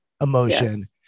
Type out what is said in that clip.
emotion